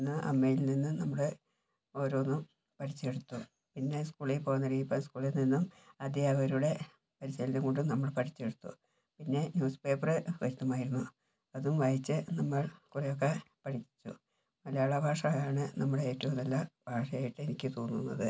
അന്ന് അമ്മയിൽ നിന്ന് നമ്മൾ ഓരോന്നും പഠിച്ചെടുത്തു പിന്നെ സ്കൂളിൽ പോവാൻ തുടങ്ങിയപ്പോൾ സ്കൂളിൽ നിന്നും അദ്ധ്യാപകരുടെ പരിശീലനം കൊണ്ടും നമ്മൾ പഠിച്ചെടുത്തു പിന്നെ ന്യൂസ് പേപ്പർ വരുത്തുമായിരുന്നു അതും വായിച്ച് നമ്മൾ കുറെയൊക്കെ പഠിച്ചു മലയാള ഭാഷ ആണ് നമ്മുടെ ഏറ്റവും നല്ല ഭാഷയായിട്ട് എനിക്ക് തോന്നുന്നത്